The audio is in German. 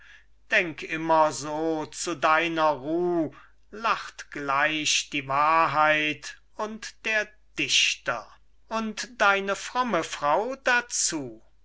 denk immer so zu deiner ruh lacht gleich die wahrheit und der dichter und deine fromme frau dazu